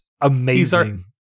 amazing